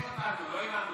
לא הבנו.